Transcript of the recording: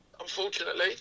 unfortunately